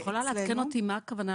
את יכולה לעדכן אותי מה הכוונה,